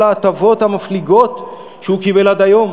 ההטבות המפליגות שהוא קיבל עד היום.